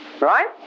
right